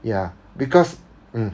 ya because